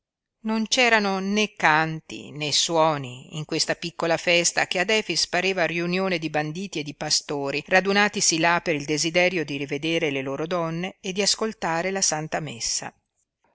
non c'erano né canti né suoni in questa piccola festa che ad efix pareva riunione di banditi e di pastori radunatisi là per il desiderio di rivedere le loro donne e di ascoltare la santa messa